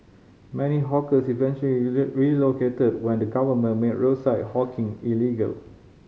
many hawkers eventually relocated when the government made roadside hawking illegal